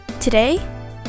Today